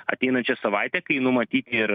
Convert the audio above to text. ateinančią savaitę kai numatyt ir